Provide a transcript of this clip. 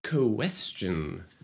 question